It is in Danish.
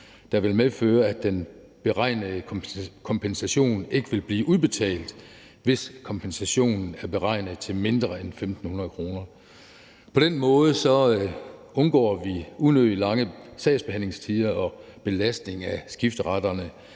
der vil medføre, at den beregnede kompensation ikke vil blive udbetalt, hvis kompensationen er beregnet til mindre end 1.500 kr. På den måde undgår vi unødig lange sagsbehandlingstider og belastning af skifteretterne